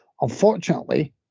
unfortunately